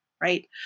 right